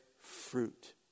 fruit